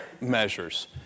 measures